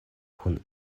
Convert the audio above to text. kun